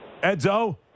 Edzo